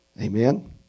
amen